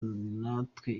natwe